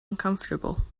uncomfortable